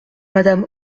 madame